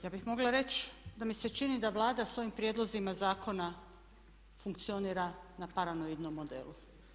Ja bih mogla reći da mi se čini da Vlada sa ovim prijedlozima zakona funkcionira na paranoidnom modelu.